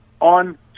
on